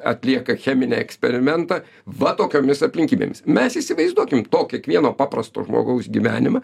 atlieka cheminį eksperimentą va tokiomis aplinkybėmis mes įsivaizduokim to kiekvieno paprasto žmogaus gyvenimą